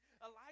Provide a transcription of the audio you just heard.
Elijah